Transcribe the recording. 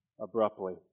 abruptly